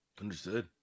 Understood